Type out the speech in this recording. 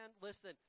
listen